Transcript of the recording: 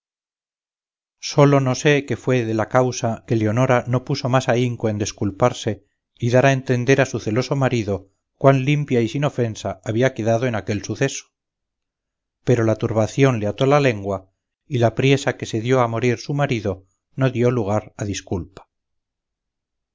sólo no sé qué fue la causa que leonora no puso más ahínco en desculparse y dar a entender a su celoso marido cuán limpia y sin ofensa había quedado en aquel suceso pero la turbación le ató la lengua y la priesa que se dio a morir su marido no dio lugar a su disculpa